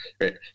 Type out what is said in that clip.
right